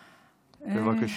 בבקשה.